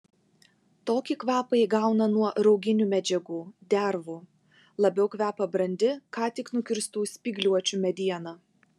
tokį kvapą įgauna nuo rauginių medžiagų dervų labiau kvepia brandi ką tik nukirstų spygliuočių mediena